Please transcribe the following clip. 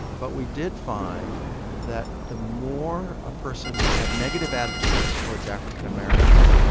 but we did find that the more a person had negative attitudes towards african-americans,